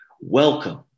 Welcome